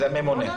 זה ממונה.